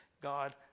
God